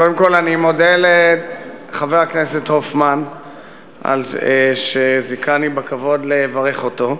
קודם כול אני מודה לחבר הכנסת הופמן על שזיכני בכבוד לברך אותו.